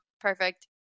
Perfect